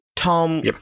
Tom